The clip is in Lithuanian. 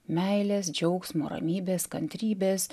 meilės džiaugsmo ramybės kantrybės